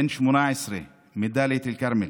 בן 18 מדאלית אל-כרמל,